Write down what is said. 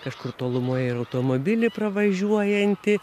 kažkur tolumoje ir automobilį pravažiuojantį